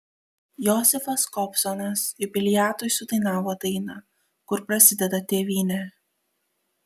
josifas kobzonas jubiliatui sudainavo dainą kur prasideda tėvynė